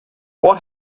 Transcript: what